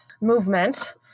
movement